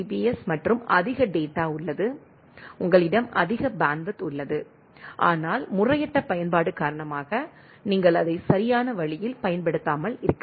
S மற்றும் அதிக data உள்ளது உங்களிடம் அதிக பேண்ட்வித் உள்ளது ஆனால் முறையற்ற பயன்பாடு காரணமாக நீங்கள் அதை சரியான வழியில் பயன்படுத்தாமல் இருக்கலாம்